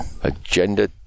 Agenda